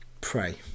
pray